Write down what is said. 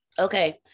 Okay